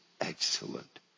excellent